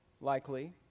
likely